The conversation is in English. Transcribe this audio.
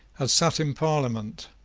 had sate in parliament,